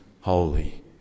holy